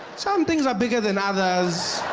some things are bigger than others.